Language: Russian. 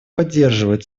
поддерживают